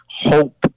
hope